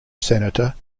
senator